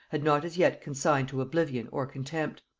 had not as yet consigned to oblivion or contempt.